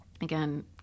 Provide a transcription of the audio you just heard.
again